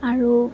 আৰু